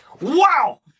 Wow